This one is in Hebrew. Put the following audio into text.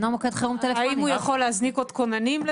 האם הוא יכול להזניק עוד כוננים?